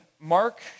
Mark